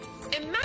Imagine